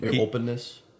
openness